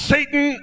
Satan